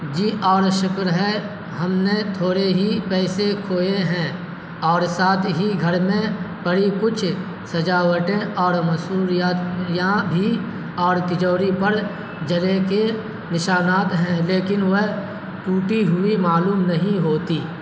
جی اور شکر ہے ہم نے تھوڑے ہی پیسے کھوئے ہیں اور ساتھ ہی گھر میں پڑی کچھ سجاوٹیں اور یاں بھی اور تجوری پر جلے کے نشانات ہیں لیکن وہ ٹوٹی ہوئی معلوم نہیں ہوتی